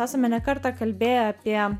esame ne kartą kalbėję apie